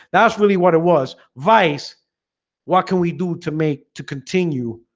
that's really what it was vice what can we do to make to continue?